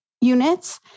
units